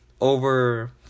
over